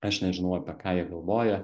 aš nežinau apie ką jie galvoja